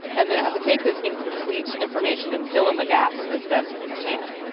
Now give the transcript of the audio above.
and then it has to take this incomplete information and fill in the gaps as best it can,